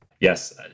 Yes